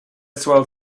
swell